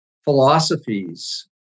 philosophies